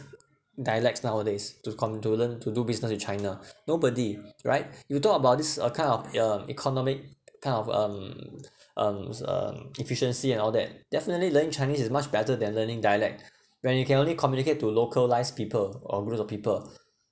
dialects nowadays to com~ to learn to do business in china nobody right you talk about this a kind of uh economic kind of um um uh efficiency and all that definitely learning chinese is much better than learning dialect when you can only communicate to localise people or groups of people